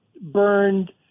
burned